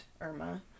Irma